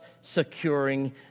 securing